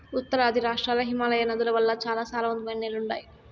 ఉత్తరాది రాష్ట్రాల్ల హిమాలయ నదుల వల్ల చాలా సారవంతమైన నేలలు ఉండాయి